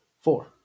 Four